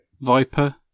viper